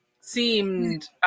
seemed